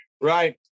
Right